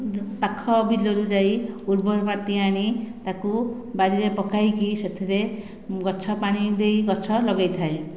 ପାଖ ବିଲରୁ ଯାଇ ଉର୍ବର ମାଟି ଆଣି ତାକୁ ବାରି ରେ ପକାଇକି ସେଥିରେ ଗଛ ପାଣି ଦେଇ ଗଛ ଲଗାଇଥାଏ